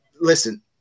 Listen